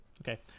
Okay